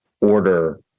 order